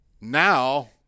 Now